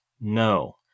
No